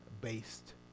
based